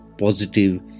positive